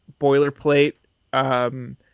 boilerplate